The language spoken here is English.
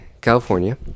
California